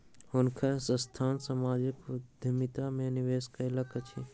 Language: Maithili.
हुनकर संस्थान सामाजिक उद्यमिता में निवेश करैत अछि